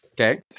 Okay